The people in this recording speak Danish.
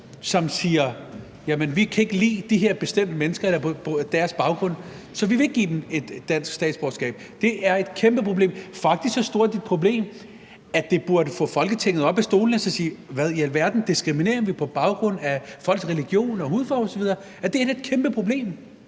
som siger: Vi kan ikke lide de her bestemte mennesker og deres baggrund, så vi vil ikke give dem et dansk statsborgerskab. Det er et kæmpeproblem, faktisk så stort et problem, at det burde få Folketingets medlemmer op af stolene og sige: Hvad i alverden – diskriminerer vi på baggrund af folks religion eller hudfarve osv.? Det er da et kæmpeproblem.